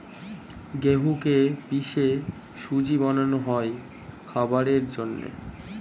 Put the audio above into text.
গেহুকে পিষে সুজি বানানো হয় খাবারের জন্যে